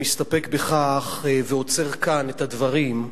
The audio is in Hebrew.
מסתפק בכך ועוצר כאן את הדברים,